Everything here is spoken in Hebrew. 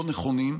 לא נכונים,